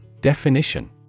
Definition